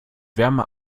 wärme